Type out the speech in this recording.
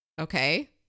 Okay